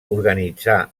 organitzà